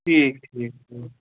ٹھیٖک ٹھیٖک